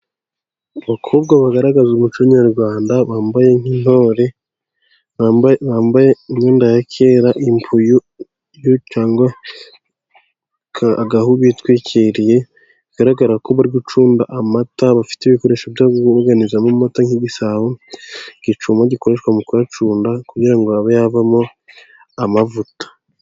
Abakobwa bagaragaza umuco nyarwanda bambaye nk'intore, bambaye imyenda ya kera impuyu cyangwa agahu bitwikiriye, bigaragara ko bari gucunda amata bafite ibikoresho byo kubuganizamo amata, nk'igisabo igicuma gikoreshwa mu kuyacunda, kugira ngo abe yavamo amavuta.